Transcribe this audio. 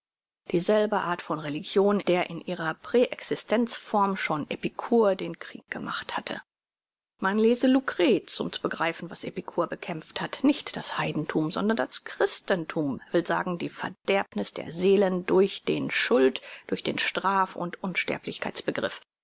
dieselbe art von religion der in ihrer präexistenz form schon epikur den krieg gemacht hatte man lese lucrez um zu begreifen was epikur bekämpft hat nicht das heidenthum sondern das christentum will sagen die verderbniß der seelen durch den schuld durch den straf und